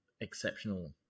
exceptional